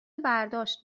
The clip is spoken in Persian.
برداشت